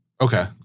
Okay